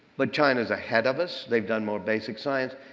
but china's ahead of us. they've done more basic science.